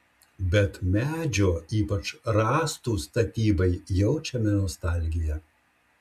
bet medžio ypač rąstų statybai jaučiame nostalgiją